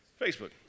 Facebook